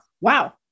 Wow